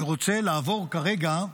רוצה לעבור כרגע,